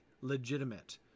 legitimate